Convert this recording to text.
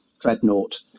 Dreadnought